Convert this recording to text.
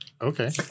Okay